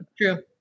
True